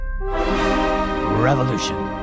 revolution